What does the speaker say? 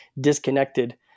disconnected